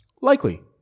Likely